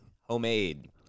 homemade